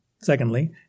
secondly